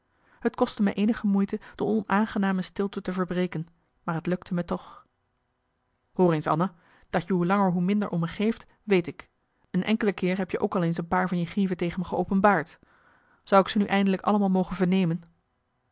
het kostte me eenige moeite de onaangename stilte te verbreken maar het lukte me toch hoor eens anna dat je hoe langer hoe minder om me geeft weet ik een enkele keer heb je ook al eens een paar van je grieven tegen me geopenbaard zou ik ze nu eindelijk allemaal mogen vernemen